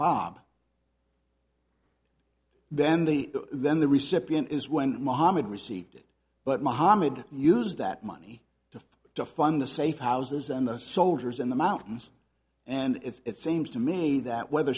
shabaab then the then the recipient is when mohamed received but mohamed used that money to to fund the safe houses and the soldiers in the mountains and if it seems to me that whether